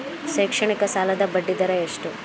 ಶೈಕ್ಷಣಿಕ ಸಾಲದ ಬಡ್ಡಿ ದರ ಎಷ್ಟು?